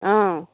ಹಾಂ